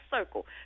circle